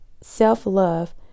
self-love